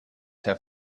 have